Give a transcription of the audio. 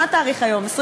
מה התאריך היום, 23?